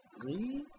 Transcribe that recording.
three